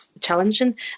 challenging